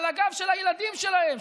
על הגב של הילדים שלהם,